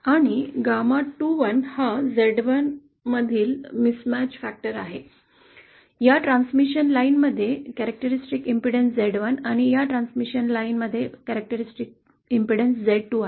आणि GAMA21 हा या Z1 मधील चुकीचा घटक आहे या ट्रान्समिशन लाईनमध्ये वैशिष्ट्यपूर्ण अडथळा Z1 आणि या ट्रान्समिशन लाईनमध्ये वैशिष्ट्यपूर्ण अडथळा Z2 आहे